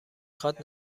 خواد